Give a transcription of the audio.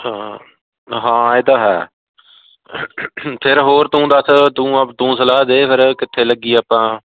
ਹਾਂ ਹਾਂ ਇਹ ਤਾਂ ਹੈ ਫਿਰ ਹੋਰ ਤੂੰ ਦੱਸ ਤੂੰ ਤੂੰ ਸਲਾਹ ਦੇ ਫਿਰ ਕਿੱਥੇ ਲੱਗੀਏ ਆਪਾਂ